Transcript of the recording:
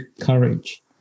courage